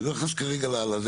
אני לא נכנס כרגע לזה,